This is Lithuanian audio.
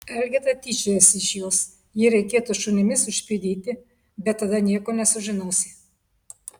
elgeta tyčiojasi iš jos jį reikėtų šunimis užpjudyti bet tada nieko nesužinosi